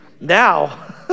Now